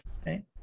Okay